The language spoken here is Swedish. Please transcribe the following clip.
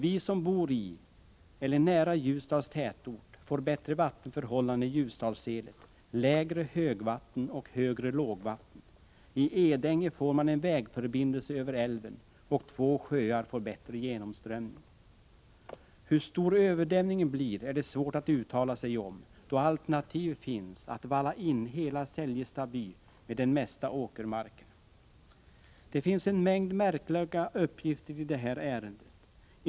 Vi som bor i eller nära Ljusdals tätort får bättre vattenförhållanden i Ljusdalsselet, lägre högvatten och högre lågvatten. I Edänge får man vägförbindelse över älven, och två sjöar får bättre genomströmning. Hur stor överdämningen blir är det svårt att uttala sig om, då alternativ finns att valla in hela Säljesta by med den mesta åkermarken. Det finns en mängd märkliga uppgifter i det här ärendet.